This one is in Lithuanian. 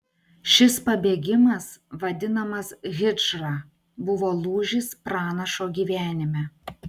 šis pabėgimas vadinamas hidžra buvo lūžis pranašo gyvenime